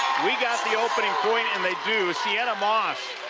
we got the opening point, and they do. sienna moss.